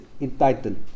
entitled